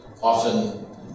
often